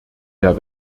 der